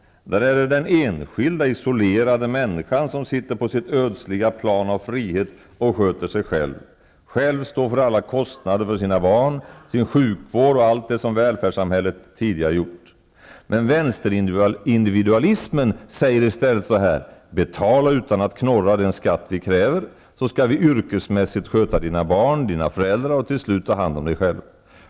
Där är det den enskilda, isolerade människan som sitter på sitt ödsliga plan av frihet och sköter sig själv, står för alla kostnader för sina barn, sin sjukvård och allt det som välfärdssamhället tidigare gjort. Men vänsterindividualismen säger i stället så här: Betala utan att knorra den skatt vi kräver, så skall vi yrkesmässigt sköta dina barn, dina föräldrar och till slut ta hand om dig själv.